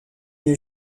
une